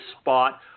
spot